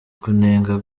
kunenga